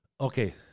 Okay